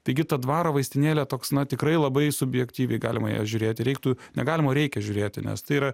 taigi tą dvarą vaistinėlę toks na tikrai labai subjektyviai galima į ją žiūrėti reiktų negalima o reikia žiūrėti nes tai yra